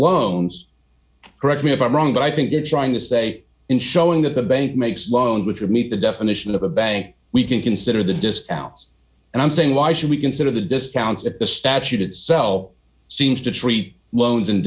loans correct me if i'm wrong but i think you're trying to say in showing that the bank makes loans which would meet the definition of a bank we can consider the discounts and i'm saying why should we consider the discounts that the statute itself seems to treat loans and